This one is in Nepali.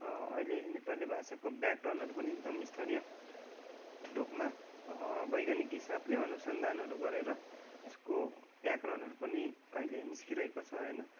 अहिले नेपाली भाषाको व्याकरणहरू पनि एकदम स्तरीय रूपमा वैज्ञानिक हिसाबले अनुसन्धानहरू गरेर यसको व्याकरणहरू पनि अहिले निस्किरहेको छ होइन